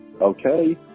Okay